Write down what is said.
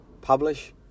publish